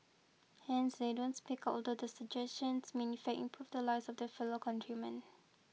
hence they don't speak although their suggestions may in fact improve the lives of their fellow countrymen